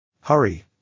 Hurry